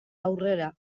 aurrera